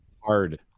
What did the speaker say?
Hard